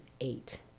eight